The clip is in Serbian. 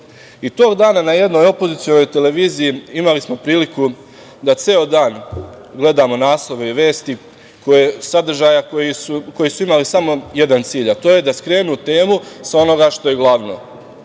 Tog dana na jednoj opozicionoj televiziji imali smo priliku da ceo dan gledamo naslove i vesti sadržaja koji su imali samo jedan cilj, a to je da skrenu temu sa onoga što je glavno